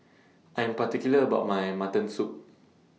I Am particular about My Mutton Soup